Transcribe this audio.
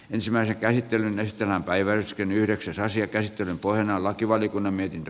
ensimmäinen käsittely yhtenä päivänä spinyhdeksäsasiakäsittelyn pohjana lakivaliokunnan mietintö